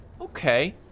Okay